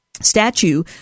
Statue